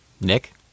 Nick